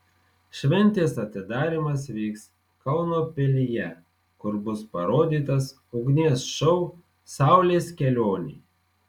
šventės atidarymas vyks kauno pilyje kur bus parodytas ugnies šou saulės kelionė